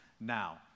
now